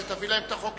כשתביא להם את החוק,